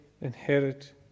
inherit